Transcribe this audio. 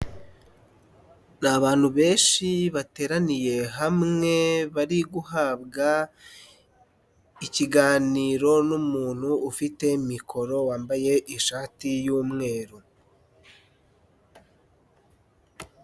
Ni abantu benshi bateraniye hamwe bari guhabwa ikiganiro n'umuntu ufite mikoro wambaye ishati y'umweru.